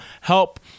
help